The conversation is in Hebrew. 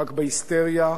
רק ברגע האחרון.